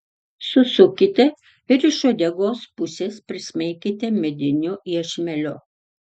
susukite ir iš uodegos pusės prismeikite mediniu iešmeliu